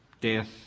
death